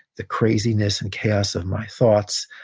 the craziness and chaos of my thoughts,